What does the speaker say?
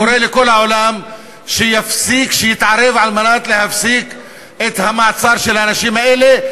קורא לכל העולם שיתערב כדי להפסיק את המעצר של האנשים האלה,